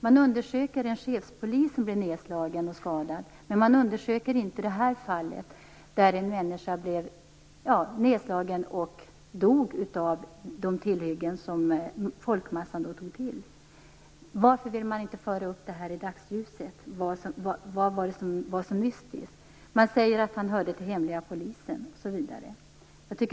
Man undersöker en chefspolis som blev nedslagen och skadad, men inte det här fallet, där en människa dog av skador av de tillhyggen som folkmassan tog till. Varför vill man inte föra upp det i dagsljuset? Vad var det som var så mystiskt? Man säger att han hörde till hemliga polisen, osv.